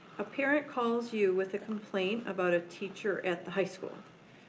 a parent calls you with a complaint about a teacher at the high school.